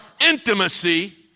intimacy